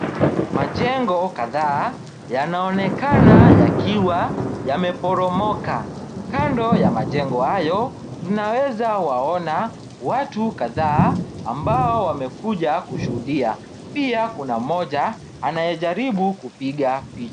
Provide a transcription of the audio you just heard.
Majengo kadhaa, yanaonekana yakiwa yameporomoka. Kando ya majengo hayo tunaweza waona watu kadhaa ambao wamekuja kushuhudia. Pia kuna mmoja anayejaribu kupiga picha.